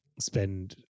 spend